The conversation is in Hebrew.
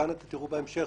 כאן אתם תראו בהמשך,